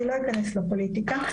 אני לא אכנס לפוליטיקה,